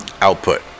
Output